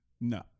No